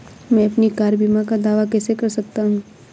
मैं अपनी कार बीमा का दावा कैसे कर सकता हूं?